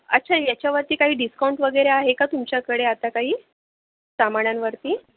अच्छा याच्यावरती काही डिस्काऊंट वगेरे आहे का तुमच्याकडे आता काही सामानांवरती